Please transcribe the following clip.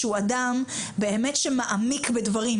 שהוא אדם באמת שמעמיק בדברים,